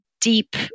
deep